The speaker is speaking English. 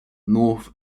north